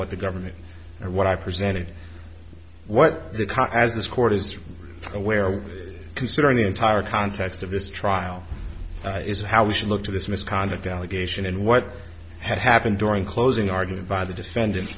what the government or what i presented what the car as this court is aware of considering the entire context of this trial is how we should look to this misconduct allegation and what had happened during closing argument by the defendant